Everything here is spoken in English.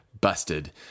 busted